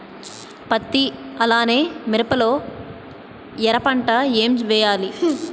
పత్తి అలానే మిరప లో ఎర పంట ఏం వేయాలి?